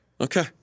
Okay